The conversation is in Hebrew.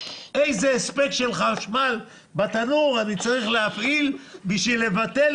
איזה הספק של חשמל בתנור אני צריך להפעיל כדי לבטל